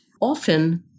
often